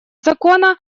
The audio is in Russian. закона